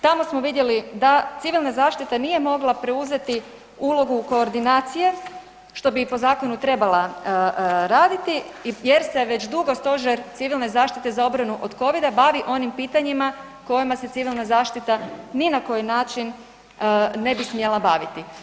Tamo smo vidjeli da Civilna zaštita nije mogla preuzeti ulogu koordinacije što bi po zakonu trebala raditi, jer se već dugo Stožer Civilne zaštite za obranu od covida bavi onim pitanjima kojima se Civilna zaštita ni na koji način ne bi smjela baviti.